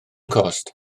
cost